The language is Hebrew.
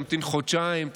תמתין חודשיים,